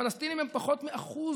הפלסטינים הם פחות מ-1%